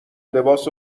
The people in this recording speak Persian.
لباس